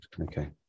Okay